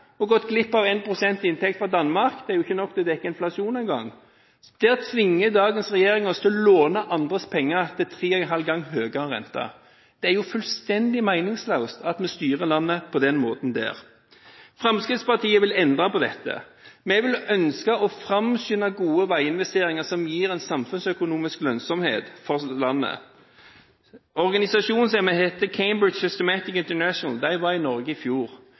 og gått glipp av 1 pst. inntekt fra Danmark – det er ikke nok til å dekke inflasjonen engang – tvinger dagens regjering oss til å låne andres penger til tre og en halv gang høyere rente. Det er jo fullstendig meningsløst at vi styrer landet på denne måten. Fremskrittspartiet vil endre på dette. Vi ønsker å framskynde gode veiinvesteringer som gir en samfunnsøkonomisk lønnsomhet for landet. Organisasjonen som heter Cambridge Systematics International var i Norge i fjor.